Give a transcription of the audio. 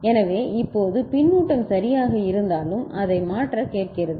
எனவே இப்போது பின்னூட்டம் சரியாக இருந்தாலும் அதை மாற்றவும் கேட்கிறது